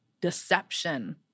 deception